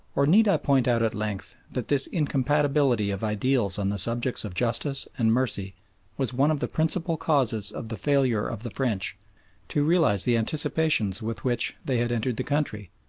or need i point out at length that this incompatibility of ideals on the subjects of justice and mercy was one of the principal causes of the failure of the french to realise the anticipations with which they had entered the country,